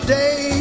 day